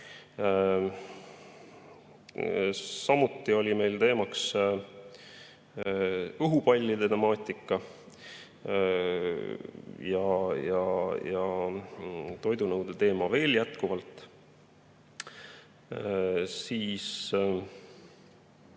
Samuti oli meil teemaks õhupallide temaatika ja toidunõude teema. Meile selgitati